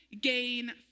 gain